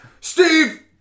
Steve